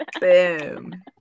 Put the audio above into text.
boom